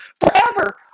forever